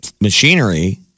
machinery